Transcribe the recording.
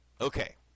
okay